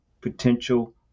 potential